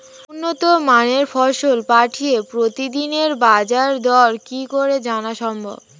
উন্নত মানের ফসল পাঠিয়ে প্রতিদিনের বাজার দর কি করে জানা সম্ভব?